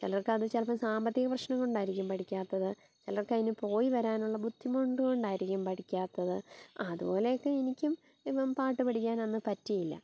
ചിലവർക്ക് അത് ചിലപ്പം സാമ്പത്തിക പ്രശ്നം കൊണ്ടായിരിക്കും പഠിക്കാത്തത് ചിലർക്ക് അതിന് പോയി വരാനുള്ള ബുദ്ധിമുട്ട് കൊണ്ടായിരിക്കും പഠിക്കാത്തത് അതുപോലെ ഒക്കെ എനിക്കും ഇപ്പം പാട്ട് പഠിക്കാനൊന്നും പറ്റിയില്ല